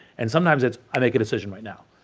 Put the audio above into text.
and sometimes it's, i make a decision right now.